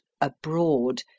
abroad